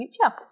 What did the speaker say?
future